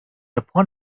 upon